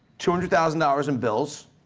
two hundred thousand dollars in bills,